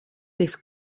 des